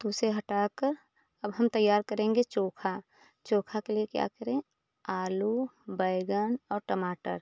तो उसे हटाकर अब हम तैयार करेंगे चोखा चोखा के लिए क्या करें आलू बैगन और टमाटर